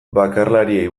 bakarlariei